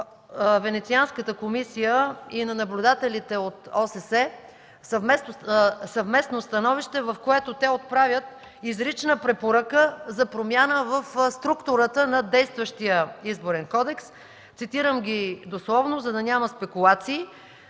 Венецианската комисия и на наблюдателите от ОССЕ – съвместно становище, в което те отправят изрична препоръка за промяна в структурата на действащия Изборен кодекс. Цитирам ги дословно, за да няма спекулации.